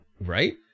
Right